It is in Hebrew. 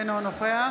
אינו נוכח